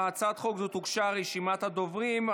להצעת חוק זו הוגשה רשימת דוברים,